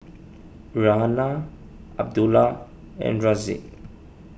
Raihana Abdullah and Rizqi